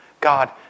God